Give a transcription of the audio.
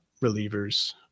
relievers